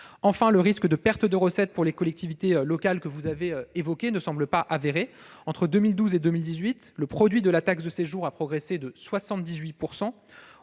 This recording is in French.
Enfin, le risque d'une perte de recettes pour les collectivités locales ne semble pas avéré. Entre 2012 et 2018, le produit de la taxe de séjour a progressé de 78 %.